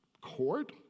court